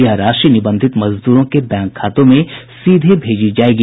यह राशि निबंधित मजदूरों के बैंक खातों में सीधे भेजी जायेगी